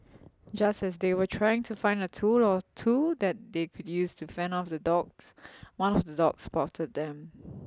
just as they were trying to find a tool or two that they could use to fend off the dogs one of the dogs spotted them